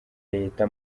leta